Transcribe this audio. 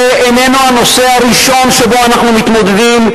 זה איננו הנושא הראשון שבו אנחנו מתמודדים.